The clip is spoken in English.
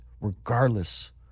regardless